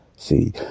See